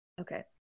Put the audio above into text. Okay